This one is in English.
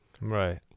Right